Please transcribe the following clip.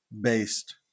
based